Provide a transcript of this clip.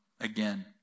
again